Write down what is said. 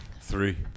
three